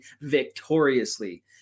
victoriously